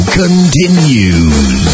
continues